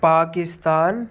Pakistan